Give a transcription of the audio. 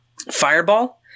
Fireball